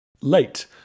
late